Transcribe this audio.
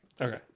okay